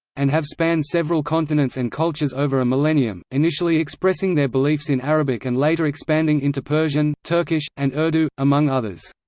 and have spanned several continents and cultures over a millennium, initially expressing their beliefs in arabic and later expanding into persian, turkish, and urdu, among others.